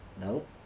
Nope